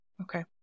Okay